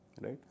right